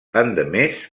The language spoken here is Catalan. endemés